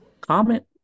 Comment